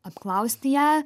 apklausti ją